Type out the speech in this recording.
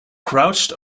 crouched